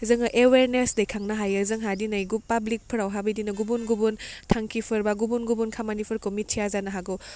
जोङो एवेरनेस दैखांनो हायो जोंहा दिनै पाब्लिकफोरावहा बिदिनो गुबुन गुबुन थांखिफोर बा गुबुन गुबुन खामानिफोरखौ मिथिया जानो हागौ